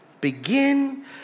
begin